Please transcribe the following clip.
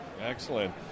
Excellent